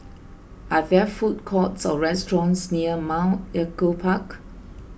are there food courts or restaurants near Mount Echo Park